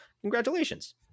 congratulations